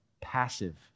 passive